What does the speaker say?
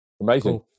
amazing